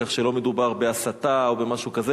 כך שלא מדובר בהסתה או במשהו כזה.